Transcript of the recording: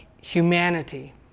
humanity